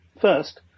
First